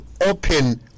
open